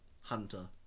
Hunter